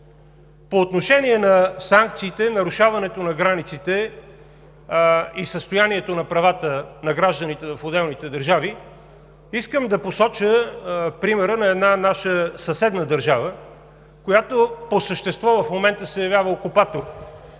По отношение на санкциите за нарушаването на границите и състоянието на правата на гражданите в отделните държави, искам да посоча примера на една наша съседна държава, която по същество в момента се явява окупатор